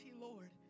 Lord